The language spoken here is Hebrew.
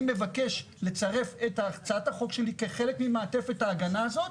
אני מבקש לצרף את הצעת החוק שלי כחלק ממעטפת ההגנה הזאת.